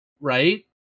right